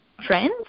trends